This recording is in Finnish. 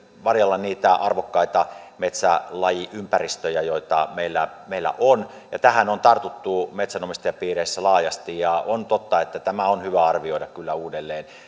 varjella niitä arvokkaita metsälajiympäristöjä joita meillä meillä on tähän on tartuttu metsänomistajapiireissä laajasti on totta että tämä on kyllä hyvä arvioida uudelleen